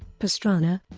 pastrana